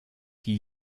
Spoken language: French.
qui